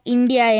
India